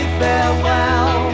farewell